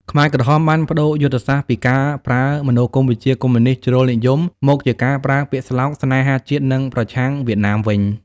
ខ្មែរក្រហមបានប្តូរយុទ្ធសាស្ត្រពីការប្រើមនោគមវិជ្ជាកុម្មុយនីស្តជ្រុលនិយម មកជាការប្រើពាក្យស្លោក «ស្នេហាជាតិ» និងប្រឆាំងវៀតណាមវិញ។